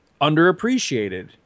underappreciated